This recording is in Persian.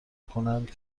کنند